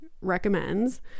recommends